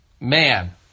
Man